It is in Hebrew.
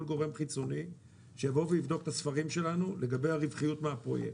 גורם חיצוני שיבוא ויבדוק את הספרים שלנו לגבי הרווחיות מהפרויקט,